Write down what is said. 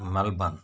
Melbourne